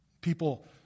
People